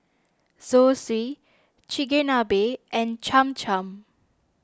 Zosui Chigenabe and Cham Cham